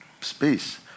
space